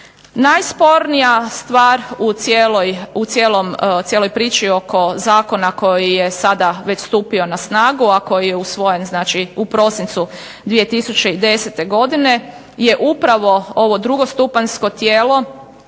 Najspornija stvar u cijeloj priči oko zakona koji je sada već stupio na snagu, a koji je usvojen u prosincu 2010. godine je upravo ovo drugostupanjsko tijelo,